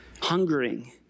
hungering